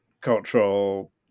cultural